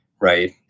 right